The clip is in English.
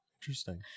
Interesting